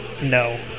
No